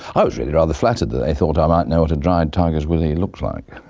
i was really rather flattered that they thought i might know what a dried tiger's willy looks like.